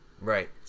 Right